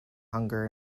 hunger